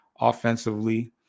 offensively